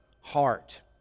heart